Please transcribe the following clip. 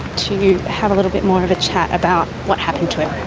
to have a little bit more of a chat about what happened to him.